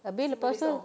habis lepas tu